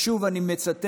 שוב אני מצטט: